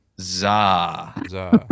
Zah